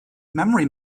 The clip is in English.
memory